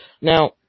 Now